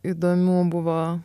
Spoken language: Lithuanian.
įdomių buvo